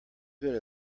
good